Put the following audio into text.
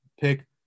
pick